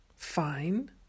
fine